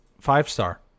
five-star